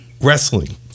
Wrestling